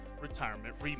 retirement